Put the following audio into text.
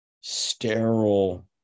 sterile